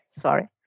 sorry